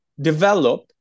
develop